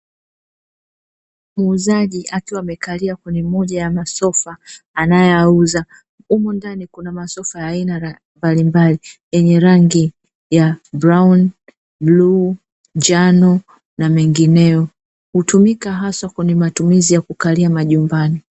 Muuzaji akiwa amekalia kwenye moja ya masofa anayoyauza, umo ndani kuna masofa ya aina mbalimbali yenye rangi ya brauni, bluu, njano na mengineyo, hutumika hasa kwenye matumizi ya kukalia majumbani.